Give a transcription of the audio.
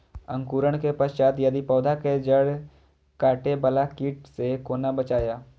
अंकुरण के पश्चात यदि पोधा के जैड़ काटे बाला कीट से कोना बचाया?